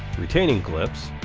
retaining clips,